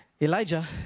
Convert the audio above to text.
Elijah